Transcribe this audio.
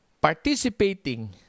participating